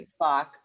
Spock